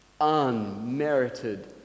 unmerited